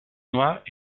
noirs